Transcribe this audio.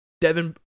Devin